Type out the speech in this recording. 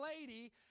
lady